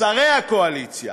שרי הקואליציה,